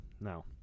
now